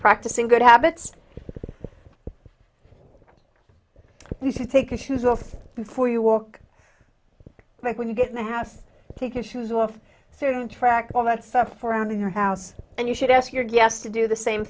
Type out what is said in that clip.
practicing good habits you should take issues with before you walk like when you get in the house take your shoes off soon track all the stuff around your house and you should ask your guests to do the same